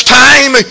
time